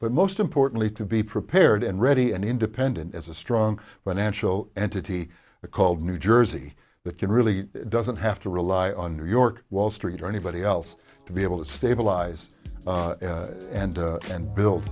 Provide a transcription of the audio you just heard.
but most importantly to be prepared and ready and independent as a strong but natural entity called new jersey that can really doesn't have to rely on new york wall street or anybody else to be able to stabilize and and buil